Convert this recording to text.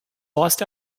lost